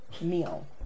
Meal